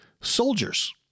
soldiers